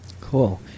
Cool